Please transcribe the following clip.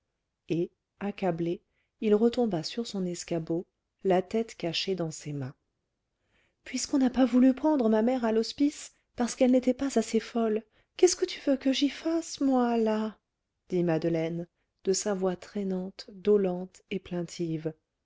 et accablé il retomba sur son escabeau la tête cachée dans ses mains puisqu'on n'a pas voulu prendre ma mère à l'hospice parce qu'elle n'était pas assez folle qu'est-ce que tu veux que j'y fasse moi là dit madeleine de sa voix traînante dolente et